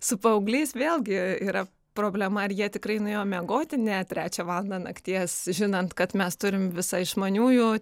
su paaugliais vėlgi yra problema ar jie tikrai nuėjo miegoti ne trečią valandą nakties žinant kad mes turim visą išmaniųjų